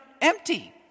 empty